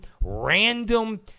random